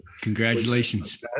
Congratulations